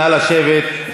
נא לשבת.